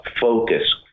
focus